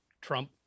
trump